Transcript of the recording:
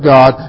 God